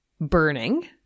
burning